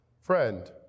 friend